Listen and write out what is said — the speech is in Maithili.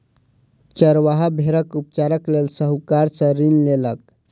चरवाहा भेड़क उपचारक लेल साहूकार सॅ ऋण लेलक